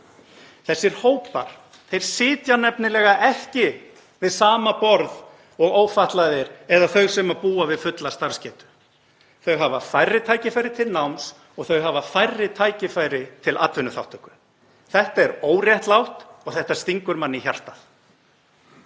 Þessir hópar sitja nefnilega ekki við sama borð og ófatlaðir eða þau sem búa við fulla starfsgetu. Þau hafa færri tækifæri til náms og þau hafa færri tækifæri til atvinnuþátttöku. Þetta er óréttlátt og þetta stingur mann í hjartað.